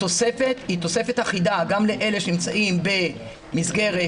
התוספת היא אחידה גם לאלה שנמצאים במסגרת